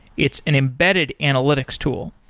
it's an embedded analytics tool.